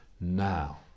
now